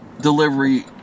delivery